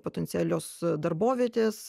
potencialios darbovietės